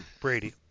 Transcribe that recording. Brady